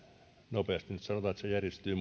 nopeasti nyt sanotaan että se järjestyy